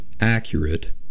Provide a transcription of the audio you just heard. accurate